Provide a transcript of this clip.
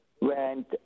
went